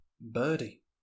Birdie